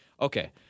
Okay